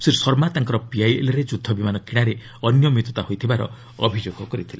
ଶ୍ରୀ ଶର୍ମା ତାଙ୍କର ପିଆଇଏଲ୍ରେ ଯୁଦ୍ଧବିମାନ କିଣାରେ ଅନିୟମିତ ହୋଇଥିବାର ଅଭିଯୋଗ କରିଥିଲେ